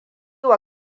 wa